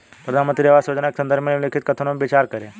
प्रधानमंत्री आवास योजना के संदर्भ में निम्नलिखित कथनों पर विचार करें?